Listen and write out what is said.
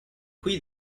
qui